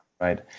Right